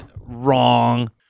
Wrong